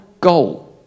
goal